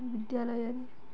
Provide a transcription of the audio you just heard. ବିଦ୍ୟାଳୟରେ